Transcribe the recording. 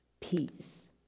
peace